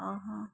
ଅହ